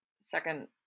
second